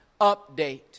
update